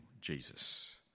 Jesus